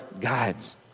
guides